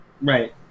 Right